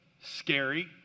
Scary